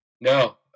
No